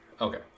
Okay